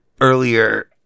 earlier